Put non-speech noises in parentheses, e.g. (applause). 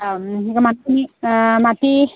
(unintelligible)